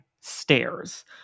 stairs